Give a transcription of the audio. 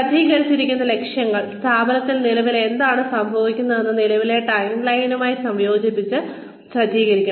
സജ്ജീകരിച്ചിരിക്കുന്ന ലക്ഷ്യങ്ങൾ സ്ഥാപനത്തിൽ നിലവിൽ എന്താണ് സംഭവിക്കുന്നതെന്ന് നിലവിലെ ടൈംലൈനുമായി സംയോജിപ്പിച്ച് സജ്ജീകരിക്കണം